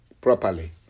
properly